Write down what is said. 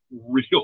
real